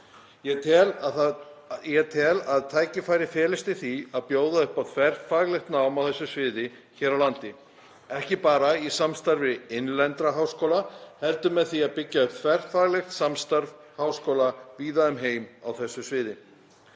Ég tel að tækifæri felist í því að bjóða upp á þverfaglegt nám á þessu sviði hér á landi, ekki bara í samstarfi innlendra háskóla heldur með því að byggja upp þverfaglegt samstarf háskóla víða um heim á þessu sviði.